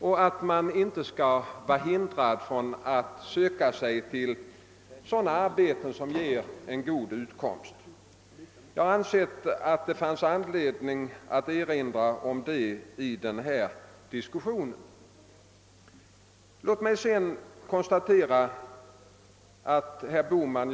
Ingen skall vara förhindrad att söka sig till sådana arbeten som ger en god utkomst. Jag anser att det finns anledning att erinra om detta i den här diskussionen.